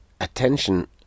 Attention